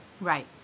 Right